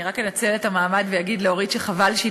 אני רק אנצל את המעמד ואגיד לאורית שחבל שהיא